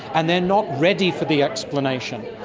and they are not ready for the explanation.